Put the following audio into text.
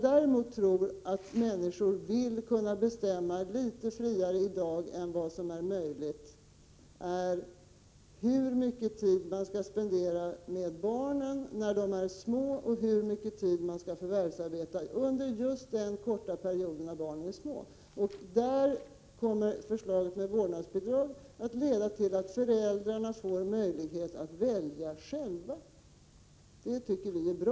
Däremot tror jag att människor vill ha möjlighet att friare kunna bestämma hur mycket tid de skall spendera med barnen och hur mycket de skall förvärvsarbeta under den korta perioden barnen är små. Vårdnadsbidraget kommer att leda till att föräldrarna får möjlighet att välja själva. Det tycker vi är bra.